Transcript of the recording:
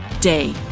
day